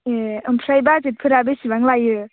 ए ओमफ्राय बाजेटफोरा बेसेबां लायो